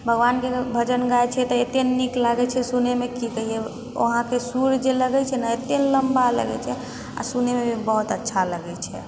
भगवानके भजन गाबै छै एते नीक छै सुनैमे की कहिऔ अहाँके सुर जे लगै छै ने एते लम्बा लगै छै आओर सुनैमे भी बहुत अच्छा लगै छै